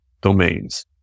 domains